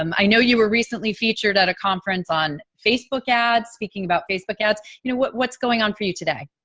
um i know you were recently featured at a conference on facebook ads, speaking about facebook ads. you know, but what's going on for you today?